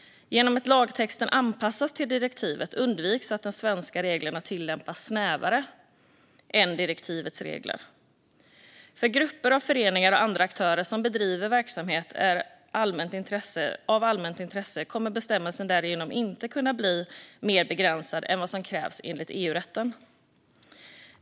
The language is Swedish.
Genom att lagtexten anpassas till direktivet undviks att de svenska reglerna tilllämpas snävare än direktivets regler. För grupper av föreningar och andra aktörer som bedriver verksamhet av allmänt intresse kommer bestämmelsen därigenom inte att kunna bli mer begränsad än vad som krävs enligt EU-rätten.